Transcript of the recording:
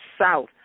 south